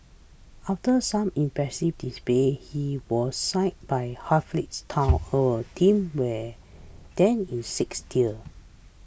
after some impressive displays he was signed by Halifax town a team where then in sixth tier